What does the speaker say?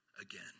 Again